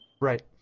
Right